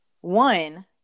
one